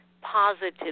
positive